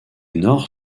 nord